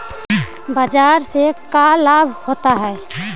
बाजार से का लाभ होता है?